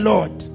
Lord